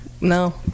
No